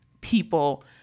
people